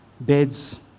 beds